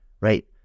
right